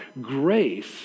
grace